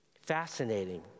Fascinating